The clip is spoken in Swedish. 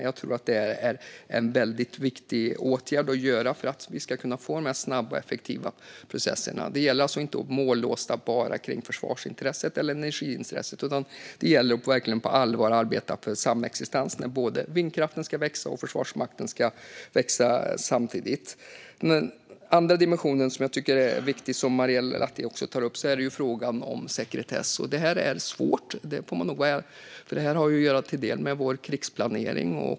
Jag tror att det är en väldigt viktig åtgärd att göra för att vi ska kunna få de här snabba och effektiva processerna. Det gäller att inte mållåsa bara vid försvarsintresset eller energiintresset. Det gäller att verkligen på allvar arbeta för samexistens när både vindkraften ska växa och Försvarsmakten ska växa samtidigt. Den andra dimensionen som är viktig, och som Marielle Lahti också tar upp, är frågan om sekretess. Det är svårt. Det har till del att göra med krigsplanering.